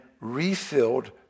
refilled